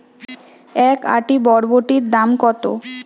এক আঁটি বরবটির দাম কত?